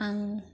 आं